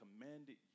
commanded